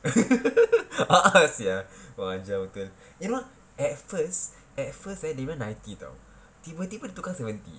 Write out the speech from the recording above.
a'ah sia kurang ajar betul you know at first at first they went ninety [tau] tiba-tiba they tukar seventy